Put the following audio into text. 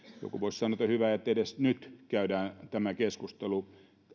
joku voisi sanoa että hyvä että edes nyt käydään tämä keskustelu